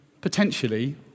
potentially